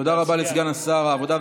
תודה רבה לסגן השר העבודה,